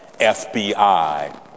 fbi